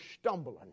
stumbling